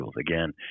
again